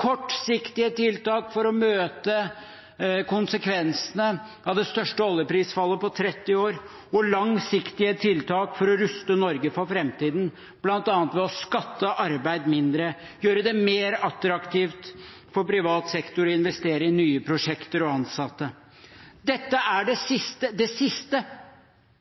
kortsiktige tiltak for å møte konsekvensene av det største oljeprisfallet på 30 år og langsiktige tiltak for å ruste Norge for framtiden, bl.a. ved å skatte arbeid mindre, gjøre det mer attraktivt for privat sektor å investere i nye prosjekter og ansatte. Dette siste som jeg snakket om, er det venstresiden kaller skattelettelser til de rike. Det